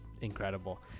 incredible